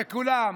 שכולם,